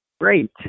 Great